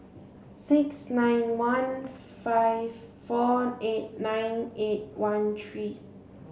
six nine one five four eight nine eight one three